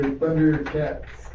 Thundercats